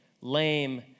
lame